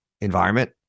environment